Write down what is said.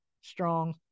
strong